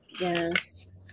yes